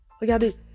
regardez